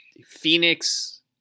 Phoenix